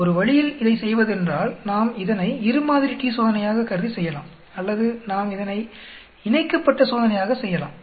ஒரு வழியில் இதை செய்வதென்றால் நாம் இதனை இரு மாதிரி t சோதனையாக கருதி செய்யலாம் அல்லது நாம் இதனை இணைக்கப்பட்ட சோதனையாக செய்யலாம்